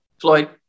Floyd